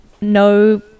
no